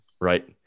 Right